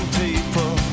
people